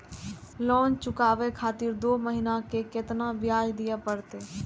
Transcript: Loan चुकाबे खातिर दो महीना के केतना ब्याज दिये परतें?